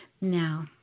Now